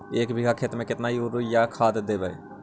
एक बिघा खेत में केतना युरिया खाद देवै?